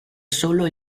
solo